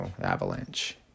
avalanche